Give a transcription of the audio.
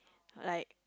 like